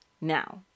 Now